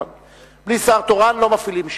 בלי שר תורן לא מפעילים שעון.